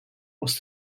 was